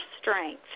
strength